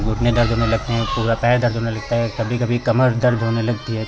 घुटने दर्द होने लगते हैं और पूरा पैर दर्द होने लगता है कभी कभी कमर दर्द होने लगती है